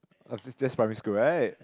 that's primary school right